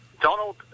Donald